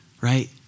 Right